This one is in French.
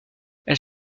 elle